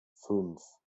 fünf